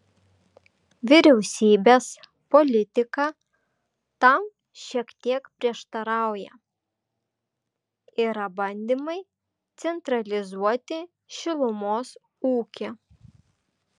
vyriausybės politika tam šiek tiek prieštarauja yra bandymai centralizuoti šilumos ūkį